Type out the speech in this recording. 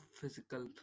physical